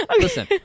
Listen